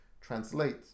translate